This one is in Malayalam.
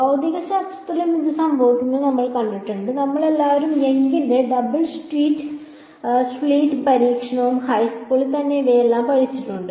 ഭൌതികശാസ്ത്രത്തിലും ഇത് സംഭവിക്കുന്നത് നമ്മൾ കണ്ടിട്ടുണ്ട് നമ്മളെല്ലാവരും യങ്ങിന്റെ ഡബിൾ സ്ലിറ്റ് പരീക്ഷണവും ഹൈസ്കൂളിൽ തന്നെ ഇവയെല്ലാം പഠിച്ചിട്ടുണ്ട്